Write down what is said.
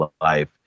life